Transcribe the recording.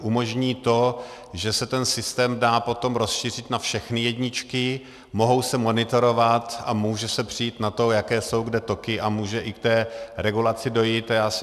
Umožní to, že se ten systém dá potom rozšířit na všechny jedničky, mohou se monitorovat a může se přijít na to, jaké jsou kde toky, a může i k té regulaci dojít.